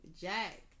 Jack